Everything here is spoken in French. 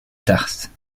tarse